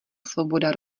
svoboda